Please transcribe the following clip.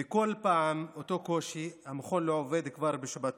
וכל פעם אותו קושי, המכון כבר לא עובד בשבתות,